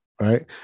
Right